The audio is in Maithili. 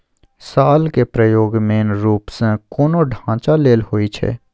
शालक प्रयोग मेन रुप सँ कोनो ढांचा लेल होइ छै